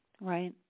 Right